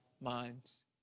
minds